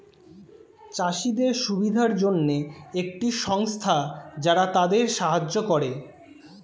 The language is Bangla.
চাষীদের সুবিধার জন্যে একটি সংস্থা যারা তাদের সাহায্য করে